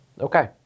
Okay